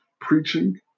preaching